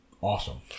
awesome